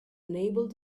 unable